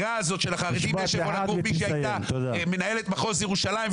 שאין לחרדים איפה לגור,